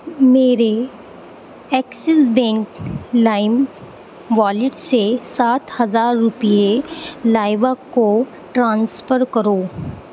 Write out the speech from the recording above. میرے Axis bank lime wallet سے سات ہزار روپے لائبہ کو ٹرانسفر کرو